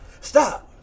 Stop